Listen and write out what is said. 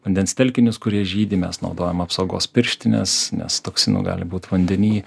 vandens telkinius kurie žydi mes naudojam apsaugos pirštines nes toksinų gali būt vandeny